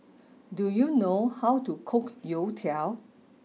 do you know how to cook Youtiao